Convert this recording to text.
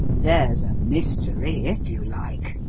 there's a mystery, if you like.